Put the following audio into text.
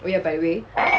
oh ya by the way